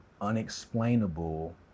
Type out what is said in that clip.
Unexplainable